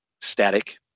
Static